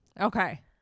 Okay